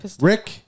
Rick